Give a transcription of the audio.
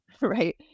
Right